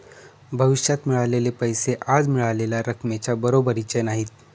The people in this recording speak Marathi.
भविष्यात मिळालेले पैसे आज मिळालेल्या रकमेच्या बरोबरीचे नाहीत